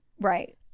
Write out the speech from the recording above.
Right